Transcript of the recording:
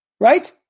Right